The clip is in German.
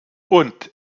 und